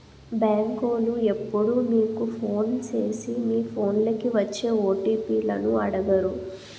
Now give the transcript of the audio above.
బేంకోలు ఎప్పుడూ మీకు ఫోను సేసి మీ ఫోన్లకి వచ్చే ఓ.టి.పి లను అడగరు